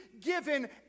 given